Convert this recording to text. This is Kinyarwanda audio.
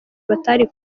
batari